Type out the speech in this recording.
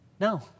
No